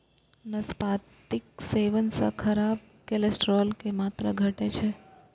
नाशपातीक सेवन सं खराब कोलेस्ट्रॉल के मात्रा घटै छै